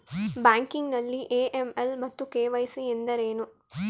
Banking ನಲ್ಲಿ AML ಮತ್ತು KYC ಎಂದರೇನು?